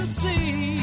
see